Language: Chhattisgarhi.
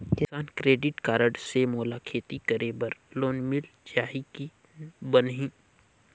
किसान क्रेडिट कारड से मोला खेती करे बर लोन मिल जाहि की बनही??